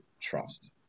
trust